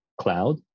cloud